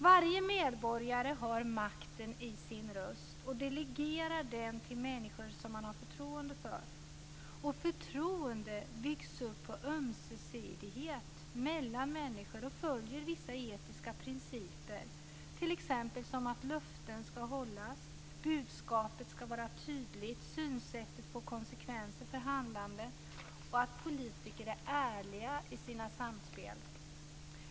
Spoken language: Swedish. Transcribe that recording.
Varje medborgare har makten i sin röst och delegerar den till människor som han eller hon har förtroende för. Förtroende byggs upp på ömsesidighet mellan människor och följer vissa etiska principer, t.ex. som att löften skall hållas, budskapet skall vara tydligt, synsättet få konsekvenser för handlandet och att politiker är ärliga i sina samspel.